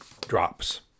drops